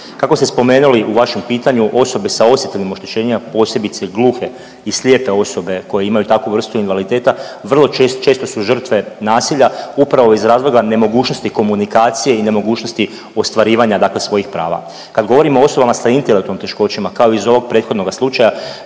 Kako ste spomenuli u vašem pitanju osobe sa osjetilnim oštećenjima posebice gluhe i slijepe osobe koje imaju takvu vrstu invaliditeta vrlo često su žrtve nasilja upravo iz razloga nemogućnosti komunikacije i nemogućnosti ostvarivanja dakle svojih prava. Kad govorimo o osobama s intelektualnim teškoćama kao iz ovog prethodnoga slučaja